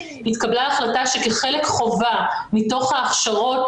התקבלה החלטה שכחלק חובה מתוך ההכשרות